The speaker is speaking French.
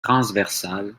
transversale